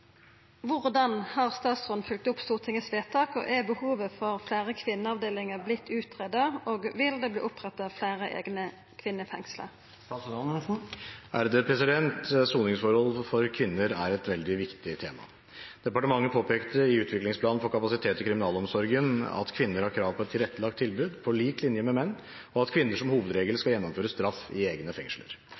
Hvordan har statsråden fulgt opp Stortingets vedtak, er behovet for flere kvinneavdelinger blitt utredet, og vil det bli opprettet flere egne kvinnefengsler?» Soningsforhold for kvinner er et veldig viktig tema. Departementet påpekte i utviklingsplanen for kapasitet i kriminalomsorgen at kvinner har krav på et tilrettelagt tilbud på lik linje med menn, og at kvinner som hovedregel skal gjennomføre straff i egne fengsler.